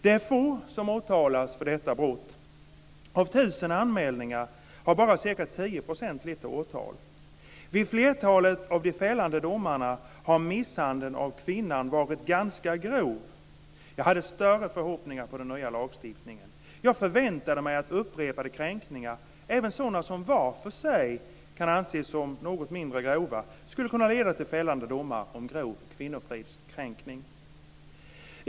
Det är få som åtalas för detta brott. Av tusen anmälningar har bara ca 10 % lett till åtal. Vid flertalet av de fällande domarna har misshandeln av kvinnan varit ganska grov. Jag hade större förhoppningar på den nya lagstiftningen. Jag förväntade mig att upprepade kränkningar, även sådana som var för sig kan anses som något mindre grova, skulle kunna leda till fällande domar för grov kvinnofridskränkning.